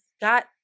got